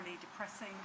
depressing